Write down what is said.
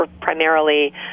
primarily